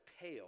pale